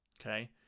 Okay